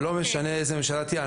ולא משנה איזו ממשלה תהיה.